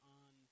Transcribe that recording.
on